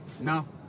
No